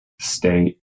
state